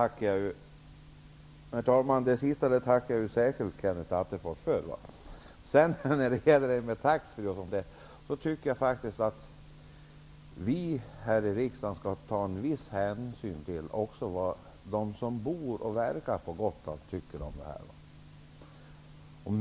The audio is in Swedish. Herr talman! Det sista tackar jag särskilt för, Kenneth Attefors. När det sedan gäller taxfree borde vi här i riksdagen ta en viss hänsyn till vad de som bor och verkar på Gotland tycker om detta.